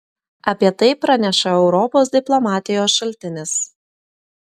apie tai praneša europos diplomatijos šaltinis